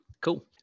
cool